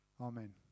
Amen